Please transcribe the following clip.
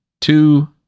two